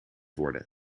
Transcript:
worden